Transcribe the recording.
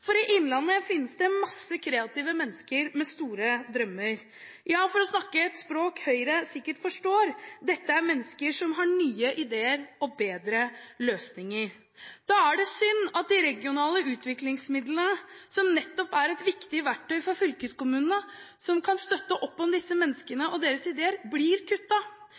for i innlandet finnes det mange kreative mennesker med store drømmer. For å snakke et språk Høyre sikkert forstår: Dette er mennesker som har nye ideer og bedre løsninger. Da er det synd at de regionale utviklingsmidlene, som nettopp er et viktig verktøy for fylkeskommunene, som kan støtte opp om disse menneskene og deres ideer, blir